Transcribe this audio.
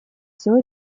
все